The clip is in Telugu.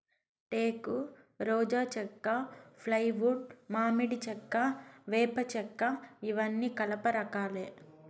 టేకు, రోజా చెక్క, ఫ్లైవుడ్, మామిడి చెక్క, వేప చెక్కఇవన్నీ కలప రకాలే